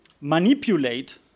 manipulate